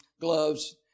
gloves